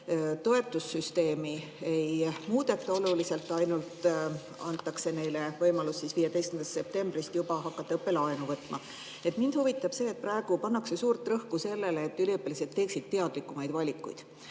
oluliselt ei muudeta, ainult antakse neile võimalus juba 15. septembrist hakata õppelaenu võtma. Mind huvitab see, et praegu pannakse suurt rõhku sellele, et üliõpilased teeksid teadlikumaid valikuid.